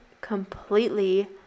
completely